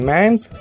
Man's